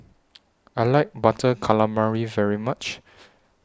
I like Butter Calamari very much